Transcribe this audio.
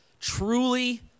truly